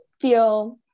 feel